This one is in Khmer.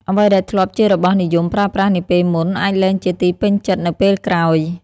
អ្វីដែលធ្លាប់ជារបស់និយមប្រើប្រាស់នាពេលមុន អាចលែងជាទីពេញចិត្តនៅពេលក្រោយ។